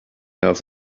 else